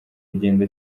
agenda